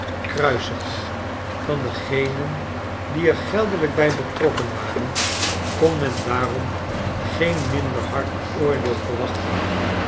kruisigt hem i van degenen die er geldelijk bij betrokken waren kon men daarom geen minder hard oordeel verwachten